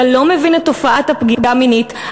אתה לא מבין את תופעת הפגיעה המינית,